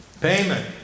payment